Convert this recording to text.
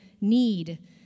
need